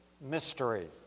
mystery